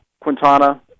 Quintana